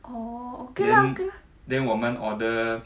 orh okay lah okay lah